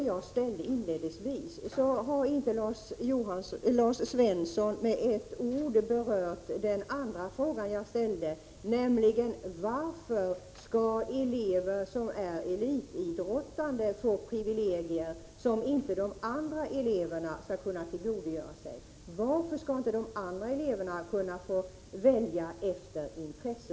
Lars Svensson har inte med ett ord berört den andra frågan jag ställde inledningsvis, nämligen varför elever som är elitidrottande skall få privilegier som inte de andra eleverna får. Varför skall inte de andra eleverna kunna få välja efter intresse?